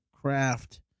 Craft